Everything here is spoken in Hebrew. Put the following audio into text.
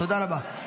תודה רבה.